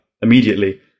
immediately